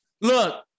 Look